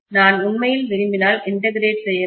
நான் உண்மையில் விரும்பினால் இன்டகிரேட் செய்ய வேண்டும்